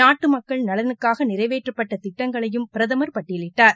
நாட்டு மக்கள் நலனுக்காக நிறைவேற்றப்பட்ட திட்டங்களையும் பிரதமர் பட்டியலிட்டார்